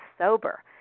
sober